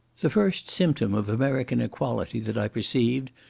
the first symptom of american equality that i perceived,